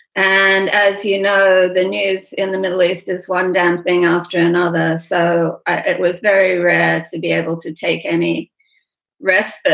and as you know, the news in the middle east is one damn thing after another. so it was very rare to be able to take any risks.